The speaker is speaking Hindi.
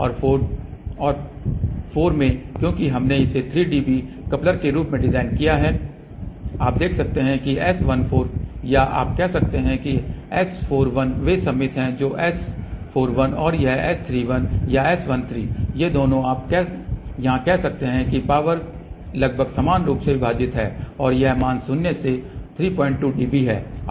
इसलिए पोर्ट 3 और 4 में क्योंकि हमने इसे 3 dB कपलर के रूप में डिज़ाइन किया है आप देख सकते हैं कि S14 या आप कह सकते हैं कि S41 वे सममित हैं S41 और यह S31 या S13 ये दोनों आप यहाँ कह सकते हैं कि पावर लगभग समान रूप से विभाजित है और यह मान शून्य से 32 dB है